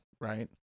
right